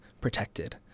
protected